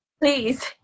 please